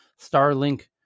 Starlink